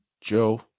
Joe